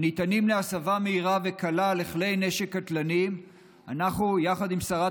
הניתנים להסבה מהירה וקלה לכלי נשק קטלניים אנחנו יחד עם שרת